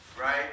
right